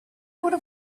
would